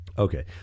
Okay